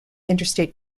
interstate